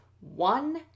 one